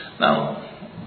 Now